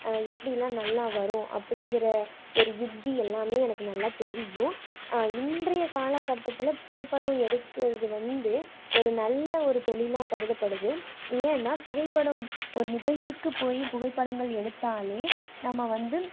எப்படிலாம் நல்லா வரும் அப்படிங்கிற ஒரு யுக்தி எல்லாமே எனக்கு நல்லா தெரியும் இன்றைய காலக்கட்டத்தில் புகைப்படம் எடுக்கிறது வந்து ஒரு நல்ல ஒரு தொழிலாக கருதப்படுது ஏன்னால் புகைப்படம் ஒரு நிகழ்ச்சிக்கு போய் புகைப்படங்கள் எடுத்தாலே நம்ம வந்து